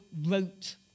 wrote